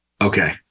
Okay